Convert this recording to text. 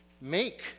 make